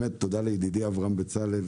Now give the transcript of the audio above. תודה לידידי אברהם בצלאל,